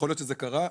יכול להיות שזה קרה,